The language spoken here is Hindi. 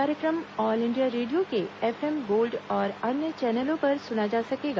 कार्यक्रम ऑल इंडिया रेडियो के एफएम गोल्ड और अन्य चैनलों पर सुना जा सकेगा